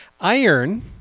Iron